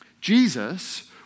Jesus